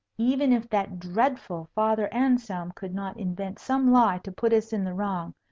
even if that dreadful father anselm could not invent some lie to put us in the wrong,